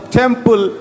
temple